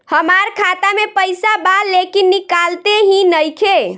हमार खाता मे पईसा बा लेकिन निकालते ही नईखे?